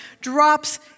drops